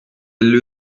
elli